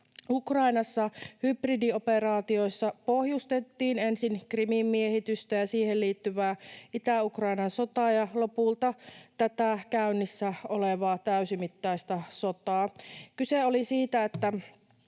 Ukrainassa hybridioperaatioissa pohjustettiin ensin Krimin miehitystä ja siihen liittyvää Itä-Ukrainan sotaa ja lopulta tätä käynnissä olevaa täysimittaista sotaa. Kyse oli siitä, että